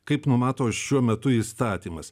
kaip numato šiuo metu įstatymas